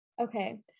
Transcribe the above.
Okay